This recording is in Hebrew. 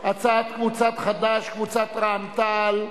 הצעת קבוצת חד"ש, קבוצת רע"ם-תע"ל,